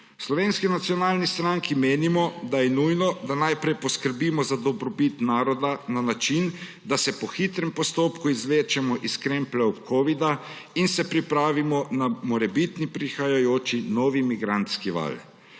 Slovenski nacionalni stranki menimo, da je nujno, da najprej poskrbimo za dobrobit naroda na način, da se po hitrem postopku izvlečemo iz krempljev covida in se pripravimo na morebitni prihajajoči nov migrantski val.